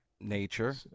nature